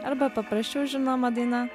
arba paprasčiau žinoma daina